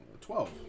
twelve